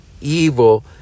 evil